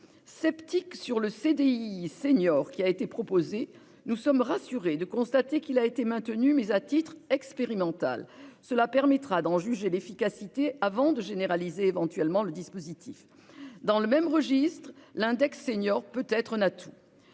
Sceptiques quant au CDI senior qui a été proposé, nous sommes rassurés de constater qu'il n'a été maintenu qu'à titre expérimental. Cela permettra d'en juger l'efficacité, avant, éventuellement, de le généraliser. Dans le même registre, l'index seniors peut être un atout.